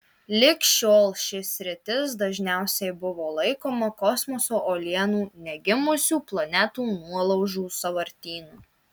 lig šiol ši sritis dažniausiai buvo laikoma kosmoso uolienų negimusių planetų nuolaužų sąvartynu